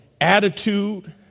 attitude